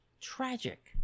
tragic